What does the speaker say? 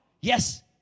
Yes